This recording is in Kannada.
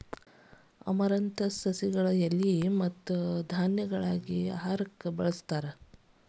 ಅಮರಂತಸ್ ಸಸಿಗಳ ಎಲಿ ಮತ್ತ ಧಾನ್ಯಗಳಾಗಿ ಆಹಾರಕ್ಕಾಗಿ ಬಳಸ್ತಾರ